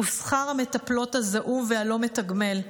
הוא שכר המטפלות הזעום והלא-מתגמל,